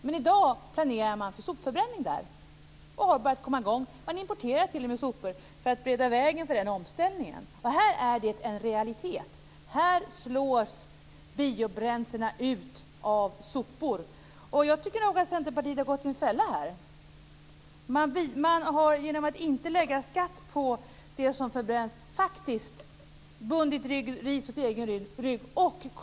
Men i dag planerar man för sopförbränning och har kommit i gång. Man importerar t.o.m. sopor för att bereda vägen för den omställningen, så här är det en realitet. Här slås biobränslena ut av sopor. Jag tycker nog att Centerpartiet har gått i en fälla. Genom att inte lägga skatt på det som förbränns har man faktiskt bundit ris åt egen rygg.